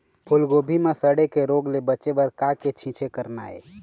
फूलगोभी म सड़े के रोग ले बचे बर का के छींचे करना ये?